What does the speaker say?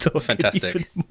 Fantastic